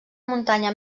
muntanya